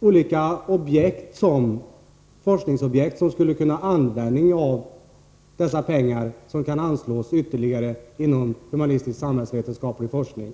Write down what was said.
olika forskningsobjekt som skulle kunna ha användning för dessa pengar som ytterligare kan anslås inom humanistisk forskning.